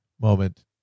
moment